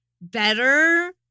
better